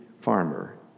farmer